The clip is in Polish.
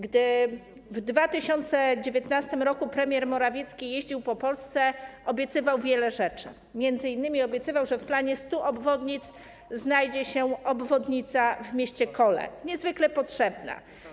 Gdy w 2019 r. premier Morawiecki jeździł po Polsce, obiecywał wiele rzeczy, m.in. obiecywał, że w planie 100 obwodnic znajdzie się obwodnica miasta Koło, niezwykle potrzebna.